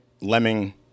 lemming